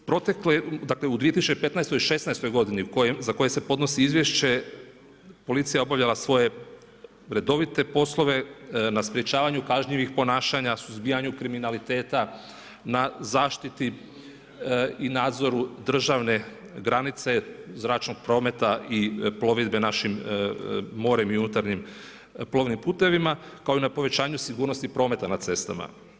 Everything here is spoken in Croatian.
U protekle, dakle u 2015. i šesnaestoj godini za koje se podnosi izvješće policija je obavljala svoje redovite poslove na sprječavanju kažnjivih ponašanja, suzbijanju kriminaliteta, na zaštiti i nadzoru državne granice, zračnog prometa i plovidbe našim morem i unutarnjim plovnim putevima kao i na povećanju sigurnosti prometa na cestama.